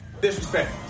Disrespect